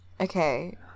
Okay